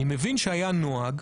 אני מבין שהיה נוהג.